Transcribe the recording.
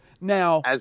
Now